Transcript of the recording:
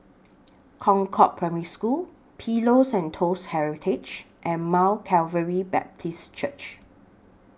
Concord Primary School Pillows and Toast Heritage and Mount Calvary Baptist Church